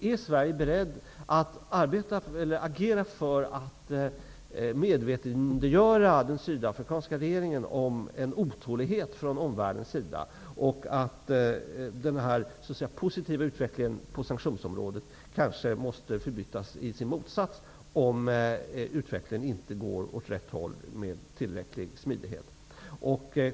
Är Sverige berett att agera för att medvetandegöra den sydafrikanska regeringen om en otålighet från omvärldens sida och om att den positiva utvecklingen på sanktionsområdet kanske måste förbytas i sin motsats om utvecklingen inte går åt rätt håll eller inte gör det med tillräcklig smidighet?